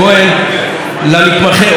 למתמחה אורן בן חמו,